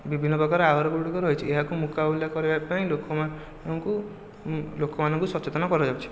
ବିଭିନ୍ନ ପ୍ରକାରର ଆହ୍ବାନ ଗୁଡ଼ିକ ରହିଛି ଏହାକୁ ମୁକାବଲା କରିବା ପାଇଁ ଲୋକ ମାନଙ୍କୁ ଲୋକ ମାନଙ୍କୁ ସଚେତନ କରାଯାଉଛି